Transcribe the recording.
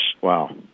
Wow